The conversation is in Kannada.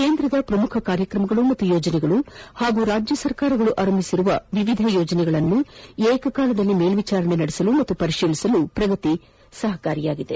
ಕೇಂದ್ರದ ಪ್ರಮುಖ ಕಾರ್ಯಕ್ರಮಗಳು ಮತ್ತು ಯೋಜನೆಗಳು ಹಾಗೂ ರಾಜ್ಯ ಸರ್ಕಾರಗಳು ಆರಂಭಿಸಿರುವ ವಿವಿಧ ಯೋಜನೆಗಳನ್ನು ಏಕಕಾಲಕ್ಕೆ ಮೇಲ್ವಿಚಾರಣೆ ನಡೆಸಲು ಹಾಗೂ ಪರಿಶೀಲಿಸಲು ಪ್ರಗತಿ ಸಹಾಯ ಮಾಡುತ್ತದೆ